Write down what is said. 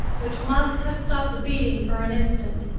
which must have stopped beating for an instant.